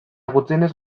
gutxienez